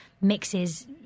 mixes